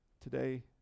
today